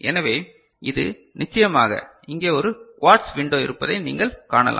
எனவே இது நிச்சயமாக இங்கே ஒரு குவார்ட்ஸ் விண்டோ இருப்பதை நீங்கள் காணலாம்